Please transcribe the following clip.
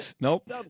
Nope